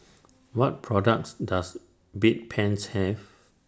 What products Does Bedpans Have